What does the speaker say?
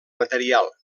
material